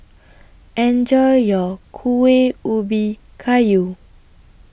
Enjoy your Kueh Ubi Kayu